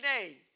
today